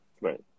Right